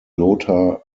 lothar